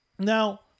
Now